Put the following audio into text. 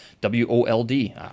W-O-L-D